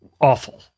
awful